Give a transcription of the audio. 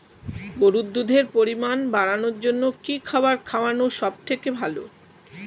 গরুর দুধের পরিমাণ বাড়ানোর জন্য কি খাবার খাওয়ানো সবথেকে ভালো?